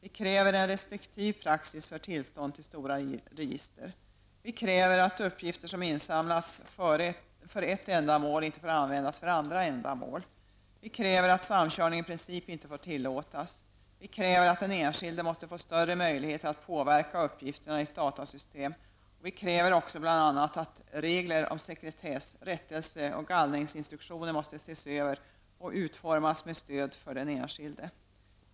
Vi kräver en restriktiv praxis för tillstånd till stora register. Vi kräver att uppgifter som insamlats för ett ändamål inte skall få användas för andra ändamål. Vi kräver att samkörning i princip inte tillåts. Vi kräver att den enskilde får större möjligheter att påverka uppgifterna i ett datasystem, och vi kräver bl.a. också att regler om sekretess och rättelse och gallringsinstruktioner ses över och utformas som stöd för den enskilde.